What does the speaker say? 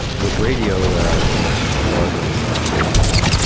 with radio it's a much warmer, spontaneous. well,